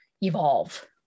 evolve